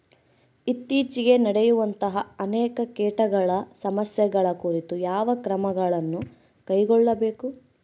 ಇತ್ತೇಚಿಗೆ ನಡೆಯುವಂತಹ ಅನೇಕ ಕೇಟಗಳ ಸಮಸ್ಯೆಗಳ ಕುರಿತು ಯಾವ ಕ್ರಮಗಳನ್ನು ಕೈಗೊಳ್ಳಬೇಕು?